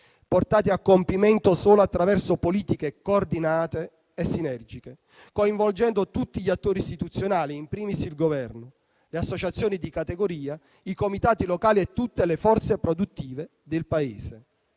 portati a compimento solo attraverso politiche coordinate e sinergiche, coinvolgendo tutti gli attori istituzionali, *in primis* il Governo, le associazioni di categoria, i comitati locali e tutte le forze produttive del Paese.